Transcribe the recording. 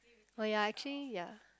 oh ya actually ya